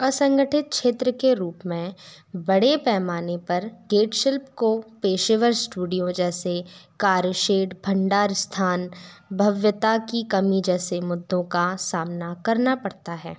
असंगठित क्षेत्र के रूप में बड़े पैमाने पर गेटशिल्प को पेशेवर स्टूडियो जैसे कार्यशेड भंडार स्थान भव्यता की कमी जैसे मुद्दों का सामना करना पड़ता है